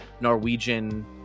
norwegian